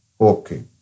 Okay